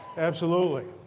absolutely.